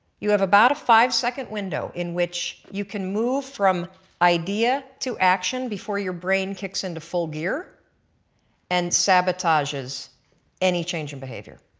you have about a five second window in which you can move from idea to action before your brain kicks in to full gear and sabotages any change in behavior.